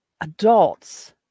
adults